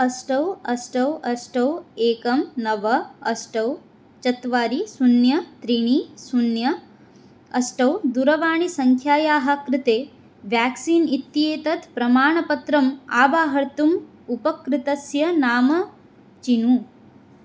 अष्टौ अष्टौ अष्टौ एकं नव अष्टौ चत्वारि शून्यं त्रीणि शून्यम् अष्टौ दूरवाणीसङ्ख्यायाः कृते व्याक्सीन् इत्येतत् प्रमाणपत्रम् अवाहर्तुम् उपकृतस्य नाम चिनु